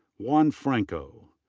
juan franco.